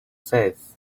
faith